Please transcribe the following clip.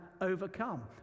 overcome